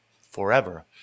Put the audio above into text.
forever